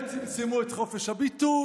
הם צמצמו את חופש הביטוי.